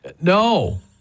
No